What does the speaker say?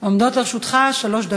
3990